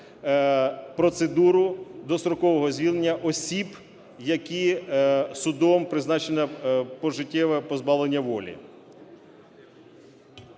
процедуру дострокового звільнення осіб, які судом призначенопожиттєво позбавлення волі.